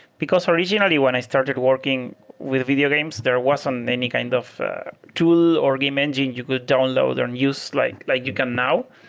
because originally when i started working with video games, there wasn't any kind of tool or game engine you could download and use like like you can now.